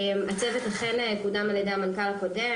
הצוות אכן קודם על ידי המנכ"ל הקודם.